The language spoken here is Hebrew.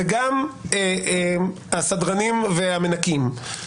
וגם הסדרנים והמנקים,